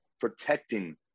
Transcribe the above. protecting